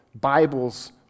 Bibles